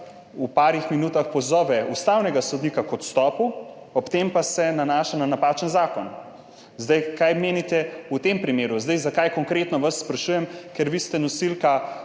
v nekaj minutah pozove ustavnega sodnika k odstopu, ob tem pa se nanaša na napačen zakon. Kaj menite o tem primeru? Zakaj konkretno vas sprašujem? Ker ste vi nosilka